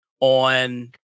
on